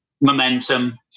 momentum